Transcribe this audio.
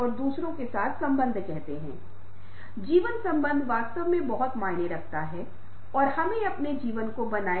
तो उनमें से पांच हैं सुचित्रा राजू रश्मिरंजन और हमारे पास जुमोनी है और हमारे पास श्रावणी है